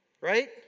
Right